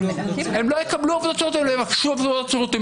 הם לא יקבלו המלצות לעשות עבודות שירות אם